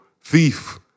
thief